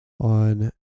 on